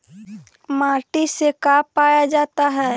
माटी से का पाया जाता है?